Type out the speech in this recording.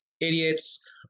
idiots